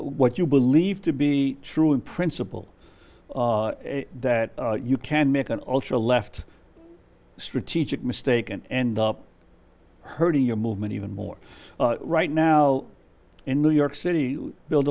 what you believe to be true in principle that you can make an ultra left strategic mistake and end up hurting your movement even more right now in new york city build